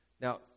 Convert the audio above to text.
Now